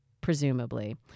presumably